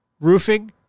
Roofing